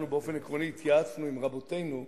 אנחנו באופן עקרוני התייעצנו עם רבותינו,